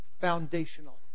foundational